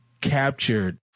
captured